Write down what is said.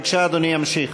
בבקשה, אדוני ימשיך.